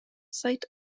sight